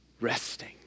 resting